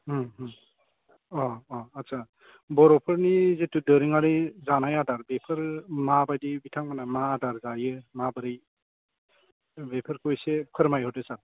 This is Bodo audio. अ अ आच्चा बर'फोरनि जितु दोरोङारि जानाय आदार बेफोर माबायदि बिथांमोना मा आदार जायो माबोरै बेफोरखौ एसे फोरमायहरदो सार